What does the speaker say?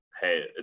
hey